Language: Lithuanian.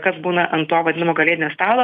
kas būna ant to vadinamo kalėdinio stalo